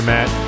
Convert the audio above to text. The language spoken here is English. Matt